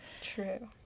True